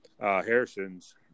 Harrison's